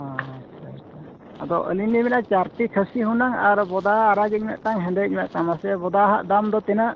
ᱟᱪᱪᱷᱟ ᱟᱪᱪᱷᱟ ᱟᱫᱚ ᱟᱹᱞᱤᱧ ᱞᱤᱧ ᱢᱮᱱᱮᱫᱼᱟ ᱪᱮᱫ ᱪᱟᱨᱴᱤ ᱠᱷᱟᱹᱥᱤ ᱦᱩᱱᱟᱹᱝ ᱟᱨ ᱵᱚᱫᱟ ᱟᱨᱟᱜᱤᱡ ᱢᱤᱫᱴᱟᱝ ᱦᱮᱸᱫᱮᱭᱤᱡ ᱢᱤᱫᱴᱟᱱ ᱢᱟᱥᱮ ᱵᱚᱫᱟᱣᱟᱜ ᱫᱟᱢ ᱫᱚ ᱛᱤᱱᱟᱹᱜ